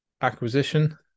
acquisition